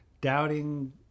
doubting